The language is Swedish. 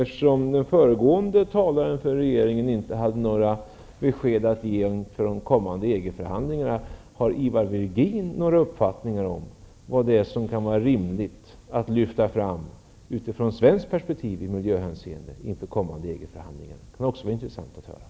Eftersom föregående talesman för regeringen inte hade några besked att ge inför kommande EG-förhandlingar undrar jag: Har Ivar Virgin någon uppfattning om vad som från svensk synvinkel kan vara rimligt att lyfta fram i miljöhänseende inför kommande EG förhandlingar? Det skulle också vara intressant att få höra.